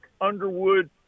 Underwood